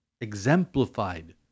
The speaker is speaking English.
exemplified